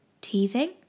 teething